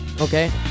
Okay